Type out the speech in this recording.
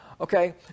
okay